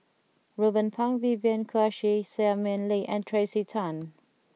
Ruben Pang Vivien Quahe Seah Mei Lin and Tracey Tan